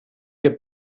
che